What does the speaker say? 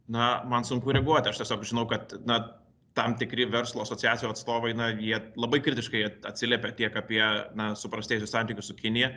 na man sunku reaguoti aš tiesiog žinau kad na tam tikri verslo asociacijų atstovai na jie labai kritiškai a atsiliepia tiek apie na suprastėjusius santykius su kinija